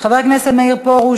חבר הכנסת מאיר פרוש,